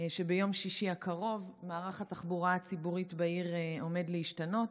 שביום שישי הקרוב מערך התחבורה הציבורית בעיר עומד להשתנות,